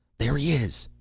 there he is!